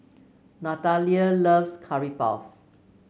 Natalia loves Curry Puff